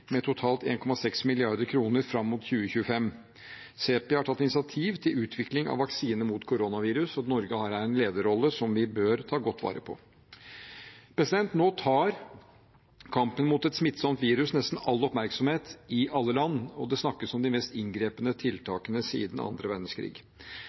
med totalt 1,6 mrd. kr fram mot 2025. CEPI har tatt initiativ til utvikling av vaksine mot koronavirus, og Norge har der en lederrolle som vi bør ta godt vare på. Nå tar kampen mot et smittsomt virus nesten all oppmerksomhet i alle land, og det snakkes om de mest inngripende